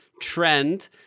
trend